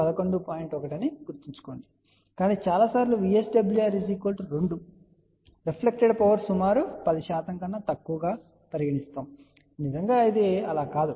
1 అని గుర్తుంచుకోండి కానీ చాలా సార్లు VSWR2 రిప్లైక్టెడ్ పవర్ సుమారు 10 కన్నా తక్కువ గా పరిగణించబడుతుంది ఇది నిజంగా అలా కాదు